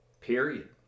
period